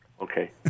Okay